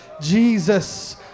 Jesus